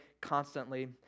constantly